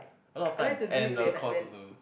a lot of time and the course also